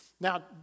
Now